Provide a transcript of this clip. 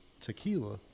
tequila